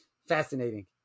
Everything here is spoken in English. Fascinating